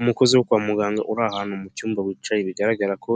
Umukozi wo kwa muganga uri ahantu mu cyumba wicaye bigaragara ko